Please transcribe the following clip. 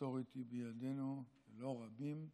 מסורת היא בידינו שלא רבים נוכחים.